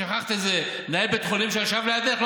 ששכחת איזה מנהל בית חולים שישב לידך?